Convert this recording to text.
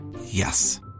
Yes